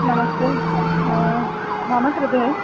नमस्ते मम कृते